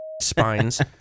spines